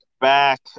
Back